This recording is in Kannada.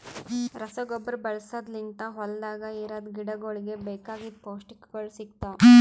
ರಸಗೊಬ್ಬರ ಬಳಸದ್ ಲಿಂತ್ ಹೊಲ್ದಾಗ ಇರದ್ ಗಿಡಗೋಳಿಗ್ ಬೇಕಾಗಿದ್ ಪೌಷ್ಟಿಕಗೊಳ್ ಸಿಗ್ತಾವ್